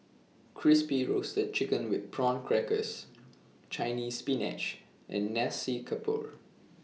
Crispy Roasted Chicken with Prawn Crackers Chinese Spinach and Nasi Campur